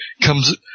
comes